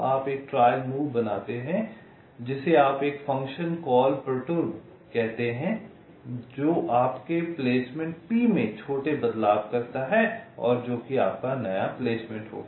आप एक trial move बनाते हैं जिसे आप एक फंक्शन कॉल पर्टुरब कहते हैं जो आपके प्लेसमेंट P में छोटे बदलाव करता है जो कि आपका नया प्लेसमेंट होगा